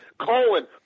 Colin